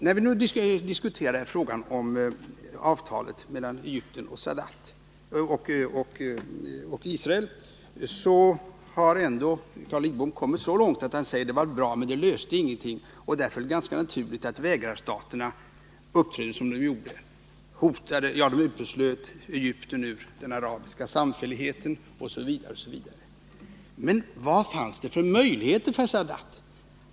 När vi nu diskuterar frågan om avtalet mellan Egypten och Israel har Carl Lidbom ändå kommit så långt att han säger: Det var bra, men det löste ingenting, och därför är det ganska naturligt att vägrarstaterna uppträder som de gjorde, dvs. uteslöt Egypten ur den arabiska samfälligheten osv. Men vad fanns det för möjligheter för Sadat?